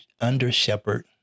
under-shepherd